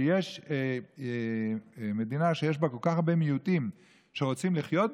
שיש בה כל כך הרבה מיעוטים שרוצים לחיות בשלום,